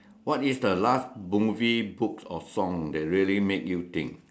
what is the last movie books or song that really made you think